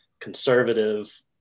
conservative